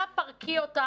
נא פרקי אותן